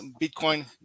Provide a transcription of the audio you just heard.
Bitcoin